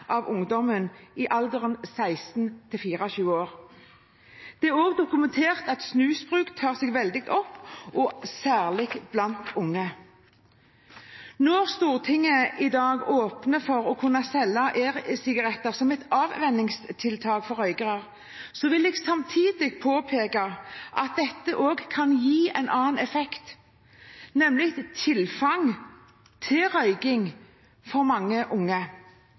år. Det er også dokumentert at snusbruk tar seg veldig opp, særlig blant unge. Når Stortinget i dag åpner for å kunne selge e-sigaretter som et avvenningstiltak for røykere, vil jeg samtidig påpeke at dette kan gi en annen effekt, nemlig tilfang til røyking for mange unge.